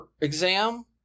Exam